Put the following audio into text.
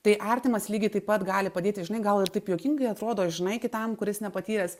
tai artimas lygiai taip pat gali padėti žinai gal ir taip juokingai atrodo žinai kitam kuris nepatyręs